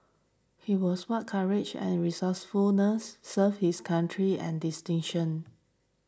he was what courage and resourcefulness served his country and distinction